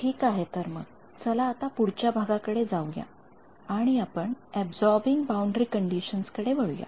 ठिक आहे तर मग चला आता पुढच्या भागाकडे जाऊया आणि आपण अबसॉरबिंग बाउंडरी कंडिशन्स कडे वळूया